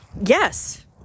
Yes